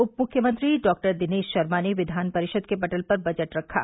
उप मुख्यमंत्री डॉक्टर दिनेश शर्मा ने विधान परिषद के पटल पर बजट रखा